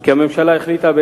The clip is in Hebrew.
כי הממשלה החליטה,